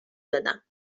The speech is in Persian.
دادم